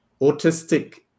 Autistic